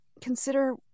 consider